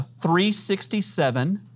367